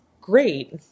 great